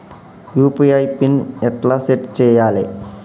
UPI PIN ఎట్లా set చేయాలే?